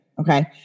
Okay